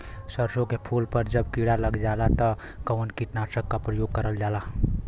सरसो के फूल पर जब किड़ा लग जाला त कवन कीटनाशक क प्रयोग करल जाला?